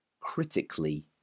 critically